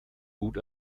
gut